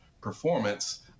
performance